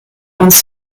uns